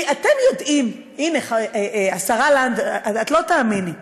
אתם יודעים, הנה, השרה לנדבר, את לא תאמיני: